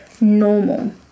normal